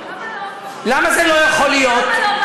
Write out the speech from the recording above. למה לא?